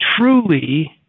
truly